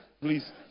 Please